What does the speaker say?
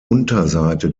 unterseite